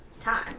time